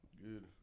Good